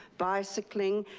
bicycling,